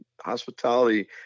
hospitality